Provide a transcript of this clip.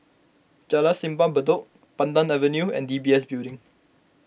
Jalan Simpang Bedok Pandan Avenue and D B S Building